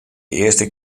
earste